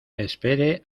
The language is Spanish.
espere